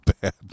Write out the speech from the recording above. bad